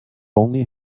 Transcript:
only